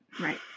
Right